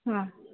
ᱦᱮᱸ